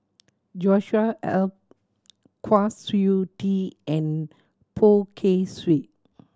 Joshua Kwa Siew Tee and Poh Kay Swee